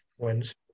wins